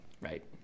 Right